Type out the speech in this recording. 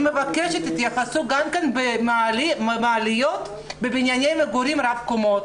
אני מבקשת התייחסות גם במעליות בבנייני מגורים רבי קומות.